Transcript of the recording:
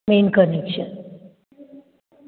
main connection